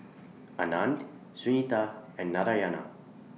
Anand Sunita and Narayana